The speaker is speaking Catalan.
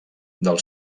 del